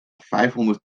vijfhonderd